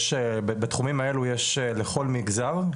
בתחומים האלה יש לכל מגזר,